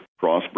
Crossbreed